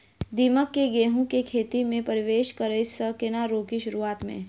दीमक केँ गेंहूँ केँ खेती मे परवेश करै सँ केना रोकि शुरुआत में?